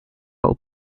whole